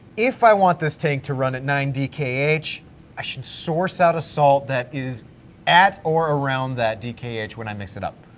if i want this tank to run at nine dkh i should source out a salt that is at or around that dkh when i mix it up.